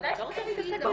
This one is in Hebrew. בוודאי שזה חוקי.